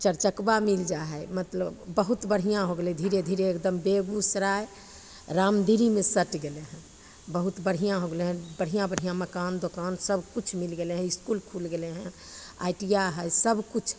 चारिचकबा मिल जा हइ मतलब बहुत बढ़िआँ हो गेलै धीरे धीरे एकदम बेगूसराय रामदीरीमे सटि गेलै हँ बहुत बढ़िआँ हो गेलै हँ बढ़िआँ बढ़िआँ मकान दोकान सबकिछु मिलि गेलै हँ इसकुल खुलि गेलै हँ आइ टी आइ हइ सबकिछु